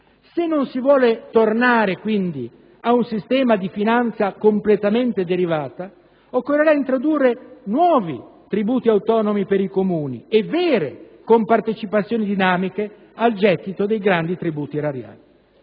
Se non si vuole tornare, quindi, ad un sistema di finanza completamente derivata, occorrerà introdurre nuovi tributi autonomi per i Comuni e vere compartecipazioni dinamiche al gettito dei grandi tributi erariali.